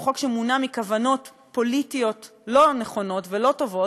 והוא חוק שמונע מכוונות פוליטיות לא נכונות ולא טובות,